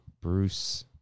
Bruce